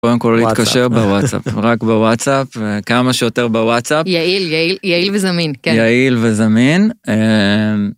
קודם כל להתקשר בוואטסאפ, רק בוואטסאפ, כמה שיותר בוואטסאפ. יעיל, יעיל, יעיל וזמין, כן. יעיל וזמין.